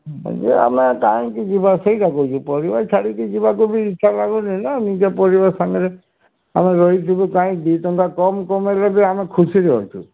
ଇଏ ଆମେ କାହିଁ କି ଯିବା ସେଇଆ କହୁଛି ପରିବାର ଛାଡ଼ିକି ଯିବାକୁ ଇଚ୍ଛା ଲାଗୁନି ନା ନିଜ ପରିବାର ସାଙ୍ଗରେ ଆମେ ରହି ଯିବୁ କାହିଁକି ଟଙ୍କା କମ୍ କମାଇଲେ ବି ଆମେ ଖୁସିରେ ଅଛୁ